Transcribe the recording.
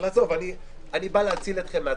אני בא להציל אתכם מעצמכם.